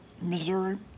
Missouri